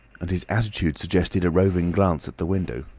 and his attitude suggested a roving glance at the window.